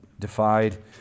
Defied